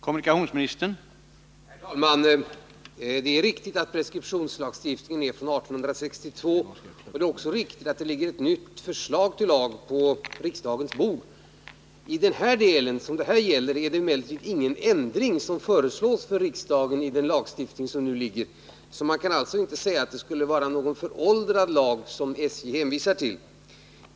Herr talman! Det är riktigt att preskriptionslagstiftningen är från 1862. och det är också riktigt att det ligger ett förslag till ny lagstiftning på riksdagens bord. I den del det här gäller föreslås emellertid ingen ändring i lagstiftningen. Man kan därför inte säga att det är en föråldrad lagstiftning som SJ hänvisar till.